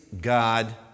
God